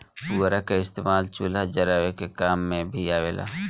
पुअरा के इस्तेमाल चूल्हा जरावे के काम मे भी आवेला